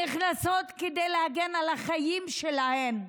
נכנסות כדי להגן על החיים שלהן.